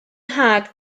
nhad